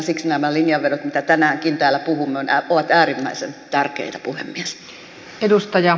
siksi nämä linjanvedot mistä tänäänkin täällä puhumme ovat äärimmäisen tärkeitä puhemies